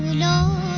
no